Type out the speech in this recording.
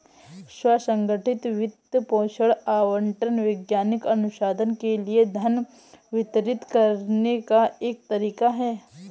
स्व संगठित वित्त पोषण आवंटन वैज्ञानिक अनुसंधान के लिए धन वितरित करने का एक तरीका हैं